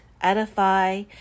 edify